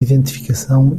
identificação